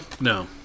No